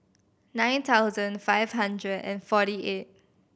nine thousand five hundred and forty eight